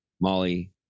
molly